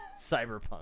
Cyberpunk